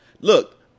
Look